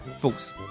False